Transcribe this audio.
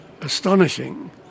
astonishing